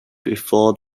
before